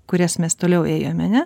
kurias mes toliau ėjome ne